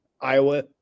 Iowa